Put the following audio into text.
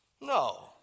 No